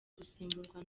gusimburwa